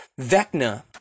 Vecna